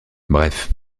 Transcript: bref